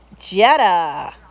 Jetta